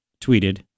tweeted